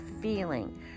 feeling